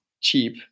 cheap